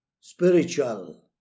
spiritual